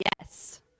Yes